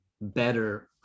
better